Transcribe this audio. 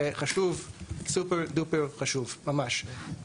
זה חשוב, סופר דופר חשוב ממש.